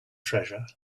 treasure